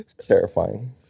Terrifying